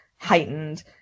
heightened